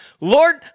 Lord